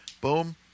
Boom